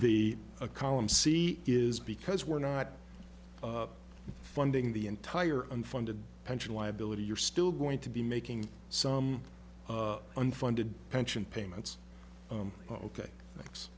the a column c is because we're not funding the entire unfunded pension liability you're still going to be making some unfunded pension payments ok thanks